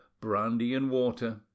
brandy-and-water—